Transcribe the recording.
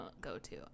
go-to